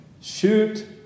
shoot